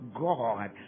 God